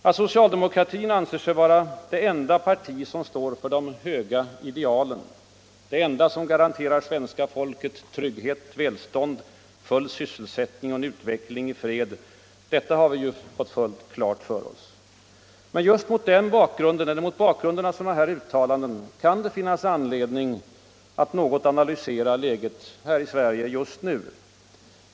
Att socialdemokraterna anser sig vara det enda parti som står för de höga idealen, det enda som garanterar svenska folket trygghet, välstånd, full sysselsättning och en utveckling i fred, har vi fått fullt klart för oss. Och just mot bakgrunden av sådana här uttalanden kan det finnas anledning att något analysera läget i Sverige just nu.